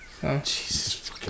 Jesus